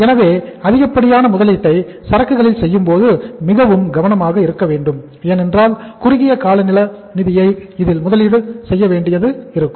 எனவே அதிகப்படியான முதலீட்டை சரக்குகளின் செய்யும் போது மிகவும் கவனமாக இருக்க வேண்டும் ஏனென்றால் குறுகிய கால நிதியை இதில் முதலீடு செய்ய வேண்டியது இருக்கும்